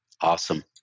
awesome